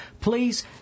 please